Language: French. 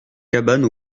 cabane